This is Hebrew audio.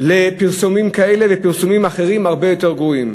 לפרסומים כאלה ולפרסומים אחרים, הרבה יותר גרועים.